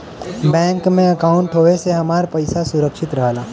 bank में अंकाउट होये से हमार पइसा सुरक्षित रहला